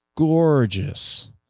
gorgeous